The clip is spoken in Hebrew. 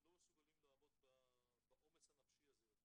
לא מסוגלים לעמוד בעומס הנפשי הזה יותר,